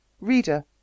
Reader